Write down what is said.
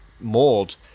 mold